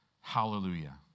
Hallelujah